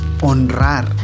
honrar